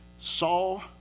Saul